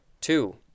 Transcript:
Two